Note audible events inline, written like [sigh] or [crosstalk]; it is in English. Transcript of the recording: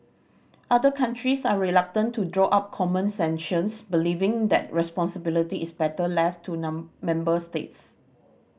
other countries are reluctant to draw up common sanctions believing that responsibility is better left to [unintelligible] member states